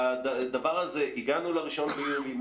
הגענו ל-1 ביולי,